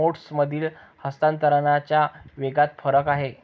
मोड्समधील हस्तांतरणाच्या वेगात फरक आहे